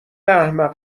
احمق